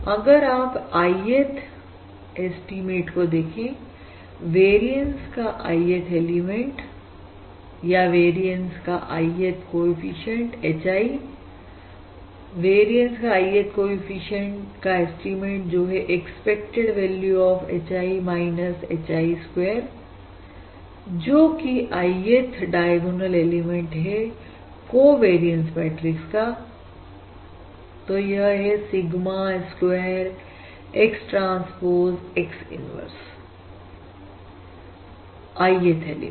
अगर आप Ith estimate को देखें वेरियंस का Ith एलिमेंट वेरियंस का Ith कॉएफिशिएंट HI वेरियंस का Ith कॉएफिशिएंट का एस्टीमेट जो है expected value of H I H I square जोकि Ith डायगोनल एलिमेंट्स है कोवेरियंस मैट्रिक्स का तो यह है sigma square X transpose X inverse Ith element